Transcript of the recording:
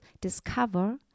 discover